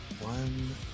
one